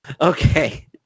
Okay